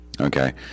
okay